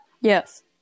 yes